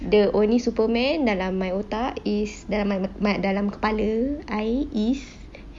the only superman dalam my otak is dalam my dalam kepala I is